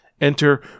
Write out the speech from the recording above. Enter